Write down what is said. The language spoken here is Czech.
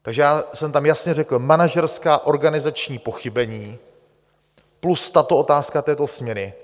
Takže já jsem tam jasně řekl: manažerská, organizační pochybení plus tato otázka této směny.